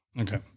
Okay